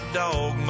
dog